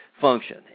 function